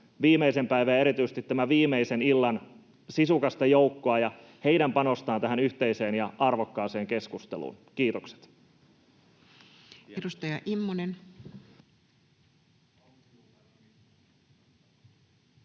viimeisen päivän ja erityisesti tämän viimeisen illan sisukasta joukkoa ja heidän panostaan tähän yhteiseen ja arvokkaaseen keskusteluun. — Kiitokset. [Speech